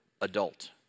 adult